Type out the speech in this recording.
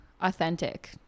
authentic